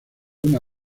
una